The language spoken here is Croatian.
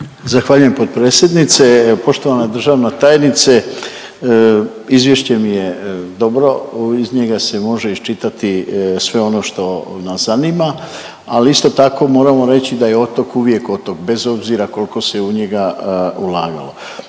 Zahvaljujem potpredsjednice. Poštovana državna tajnice izvješće mi je dobro, iz njega se može iščitati sve ono što nas zanima, ali isto tako moramo reći da je otok uvijek otok bez obzira koliko se u njega ulagalo.